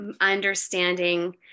understanding